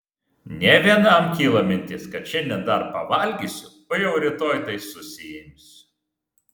ne vienam kyla mintis kad šiandien dar pavalgysiu o jau rytoj tai susiimsiu